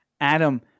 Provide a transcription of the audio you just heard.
Adam